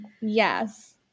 Yes